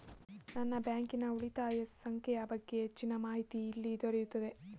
ನನ್ನ ಬ್ಯಾಂಕಿನ ಉಳಿತಾಯ ಸಂಖ್ಯೆಯ ಬಗ್ಗೆ ಹೆಚ್ಚಿನ ಮಾಹಿತಿ ಎಲ್ಲಿ ದೊರೆಯುತ್ತದೆ?